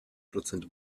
prozent